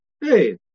Hey